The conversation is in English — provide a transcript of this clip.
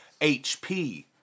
HP